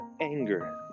anger